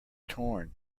torn